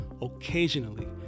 occasionally